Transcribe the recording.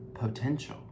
potential